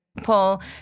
Paul